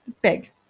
big